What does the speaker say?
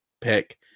pick